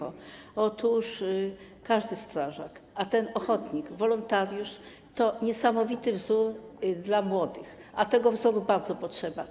Otóż każdy strażak, ochotnik, wolontariusz, to niesamowity wzór dla młodych, a tego wzoru bardzo potrzeba.